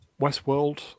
Westworld